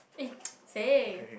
eh say